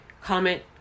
Comment